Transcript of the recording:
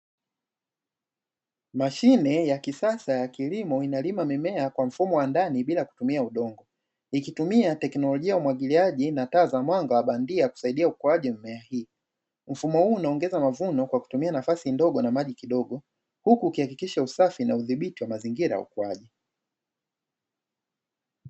Mashine ya kisasa ya kilimo inalima mimea kwa mfumo wa ndani bila kutumia udongo, ikitumia teknolojia umwagiliaji na taa za mwanga wa bandia kusaidia ukuaji mimea hii mfumo huu unaongeza mavuno kwa kutumia nafasi ndogo na maji kidogo huku kuhakikisha usafi na udhibiti wa mazingira wa ukuaji.